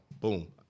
Boom